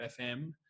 FM